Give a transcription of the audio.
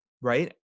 right